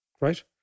right